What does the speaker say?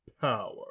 power